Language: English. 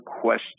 question